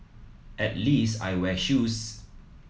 at least I wear shoes